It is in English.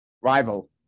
Rival